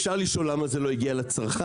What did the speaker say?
אפשר לשאול למה זה לא הגיע לצרכן,